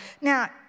Now